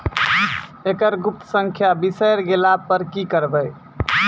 एकरऽ गुप्त संख्या बिसैर गेला पर की करवै?